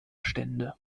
stände